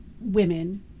women